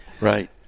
Right